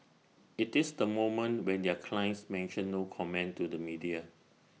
IT is the moment when their clients mention no comment to the media